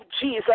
Jesus